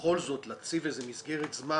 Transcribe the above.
בכל זאת להציב איזו מסגרת זמן,